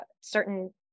certain